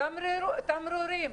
תמרורים.